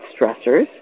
stressors